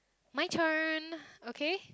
my turn okay